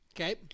Okay